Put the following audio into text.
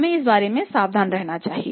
हमें इस बारे में सावधान रहना चाहिए